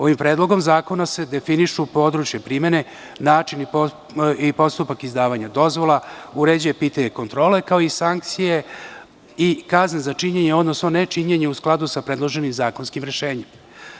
Ovim predlogom zakona se definišu područja primene, način i postupak izdavanja dozvola, uređuje pitanje kontrole, kao i sankcije i kazne za činjenje, odnosno nečinjenje u skladu sa predloženim zakonskim rešenjem.